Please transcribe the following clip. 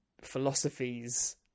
philosophies